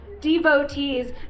devotees